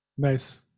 Nice